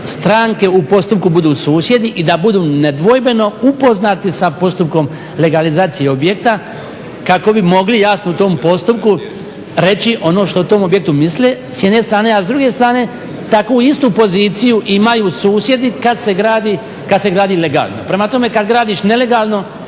stranke u postupku budu susjedi i da budu nedvojbeno upoznati sa postupkom legalizacije objekta kako bi mogli jasno u tom postupku reći ono što o tom objektu misle s jedne strane, a s druge strane takvu istu poziciju imaju susjedi kad se gradi legalno. Prema tome, kad gradiš nelegalno